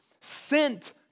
sent